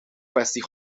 kwestie